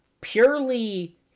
purely